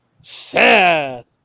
Seth